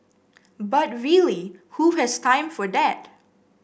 but really who has time for that